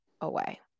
away